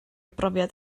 brofiad